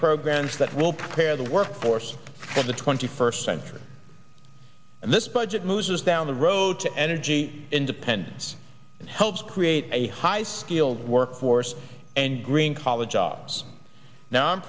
programs that will prepare the workforce for the twenty first century and this budget moves us down the road to energy independence and helps create a high skilled workforce and green collar jobs now i'm